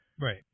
Right